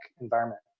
environment